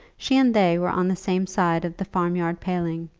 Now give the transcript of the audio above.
she and they were on the same side of the farmyard paling,